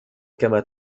كما